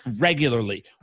regularly